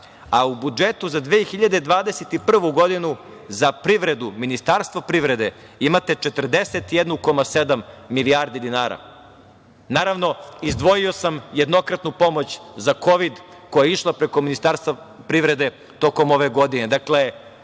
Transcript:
a u budžetu za 2021. godinu za privredu Ministarstvo privrede 41,7 milijardi dinara. Naravno, izdvojio sam jednokratnu pomoć za kovid koja je išla preko Ministarstva privrede tokom ove godine.